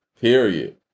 period